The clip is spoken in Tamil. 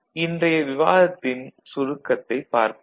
இன்றைய விவாதத்தின் சுருக்கத்தைப் பார்ப்போம்